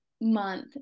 month